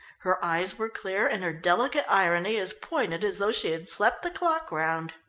her eyes were clear and her delicate irony as pointed as though she had slept the clock round.